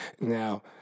Now